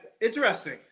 interesting